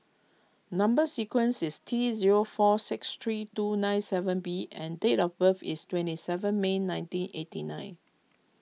Number Sequence is T zero four six three two nine seven B and date of birth is twenty seven May nineteen eighty nine